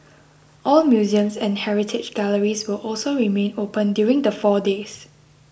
all museums and heritage galleries will also remain open during the four days